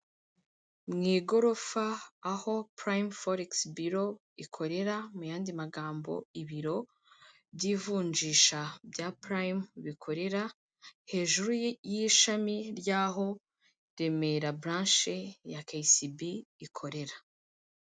Mu igorofa aho Prime foregisi biro ikorera, mu yandi magambo ibiro by'ivunjisha bya Prime bikorera, hejuru y'ishami ry'aho Remera buranshe ya KSB ikorera.